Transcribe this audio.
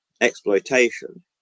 exploitation